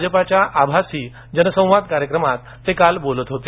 भाजपाच्या आभासी जनसंवाद कार्यक्रमात ते काल बोलत होते